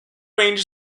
range